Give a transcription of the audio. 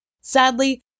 Sadly